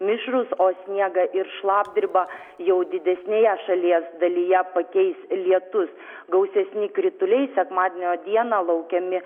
mišrūs o sniegą ir šlapdribą jau didesnėje šalies dalyje pakeis lietus gausesni krituliai sekmadienio dieną laukiami